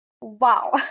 Wow